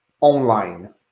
online